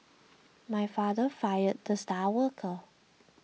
my father fired the star worker